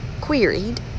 queried